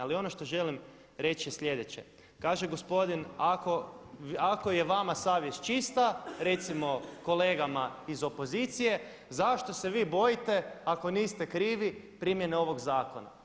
Ali ono što želim reći je slijedeće, kaže gospodin ako je vama savjest čista recimo kolegama iz opozicije zašto se vi bojite ako niste krivi primjene ovog zakona?